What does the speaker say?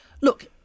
look